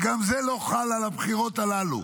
וגם זה לא חל על הבחירות הללו.